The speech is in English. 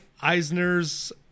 Eisner's